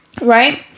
Right